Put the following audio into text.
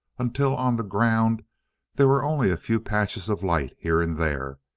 until on the ground there were only a few patches of light here and there,